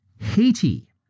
Haiti